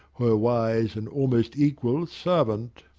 her wise and almost-equal servant.